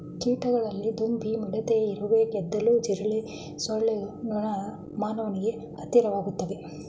ಕೀಟಗಳಲ್ಲಿ ದುಂಬಿ ಮಿಡತೆ ಇರುವೆ ಗೆದ್ದಲು ಜಿರಳೆ ಸೊಳ್ಳೆ ನೊಣ ಮಾನವನಿಗೆ ಹತ್ತಿರವಾಗಯ್ತೆ